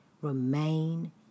Remain